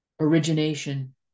origination